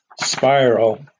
spiral